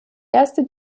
erste